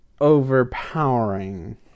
overpowering